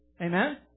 Amen